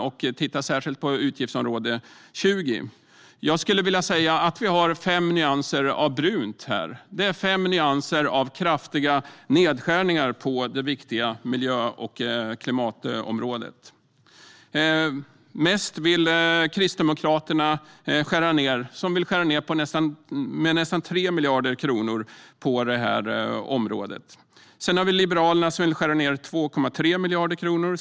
Jag har tittat särskilt på utgiftsområde 20, och jag skulle vilja säga att vi här har fem nyanser av brunt. Det är fem nyanser av kraftiga nedskärningar på det viktiga miljö och klimatområdet. Mest vill Kristdemokraterna skära ned, med nästan 3 miljarder kronor på området. Sedan har vi Liberalerna, som vill skära ned med 2,3 miljarder kronor.